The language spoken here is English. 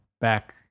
back